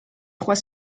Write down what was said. trois